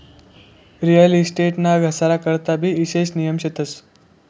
real estate ना घसारा करता भी ईशेष नियम शेतस